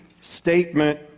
statement